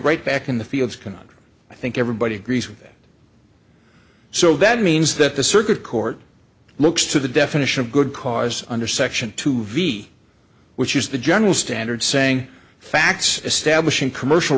right back in the fields conundrum i think everybody agrees with that so that means that the circuit court looks to the definition of good cause under section two v which is the general standard saying facts establish in commercial